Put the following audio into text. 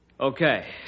Okay